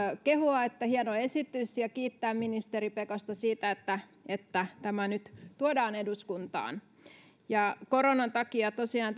kehua että hieno esitys ja kiittää ministeri pekosta siitä että että tämä nyt tuodaan eduskuntaan koronan takia tosiaan